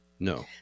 No